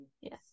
Yes